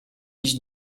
iść